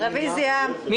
בין ההכנסות ובין ההוצאות.